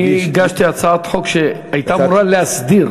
אני הגשתי הצעת חוק שהייתה אמורה להסדיר